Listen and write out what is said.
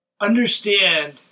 understand